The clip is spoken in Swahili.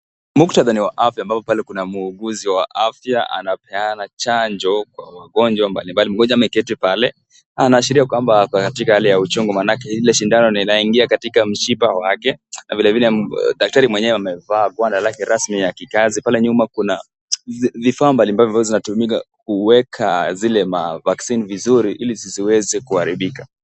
Muktadha ni wa afya ambapo pale kuna muuguzi wa afya anapeana chanjo kwa wagonjwa mbalimbali. Mgonjwa ameketi pale, anaashiria kwamba ako katika hali ya uchungu maanake ile sindano inaingia katika mshipa wake na vile vile daktari amevaa gwanda rasmi ya kikazi. Pale nyuma kuna vifaa mbalimbali ambavyo zinatumika kuweka zile vaccine vizuri ili zisiweze kuharibika.